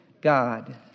God